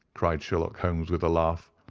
cried sherlock holmes with a laugh.